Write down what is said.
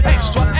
Extra